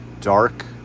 dark